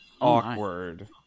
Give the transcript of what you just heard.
awkward